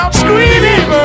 screaming